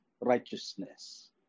righteousness